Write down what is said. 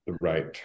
right